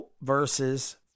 versus